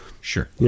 Sure